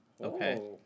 Okay